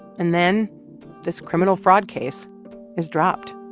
and then this criminal fraud case is dropped.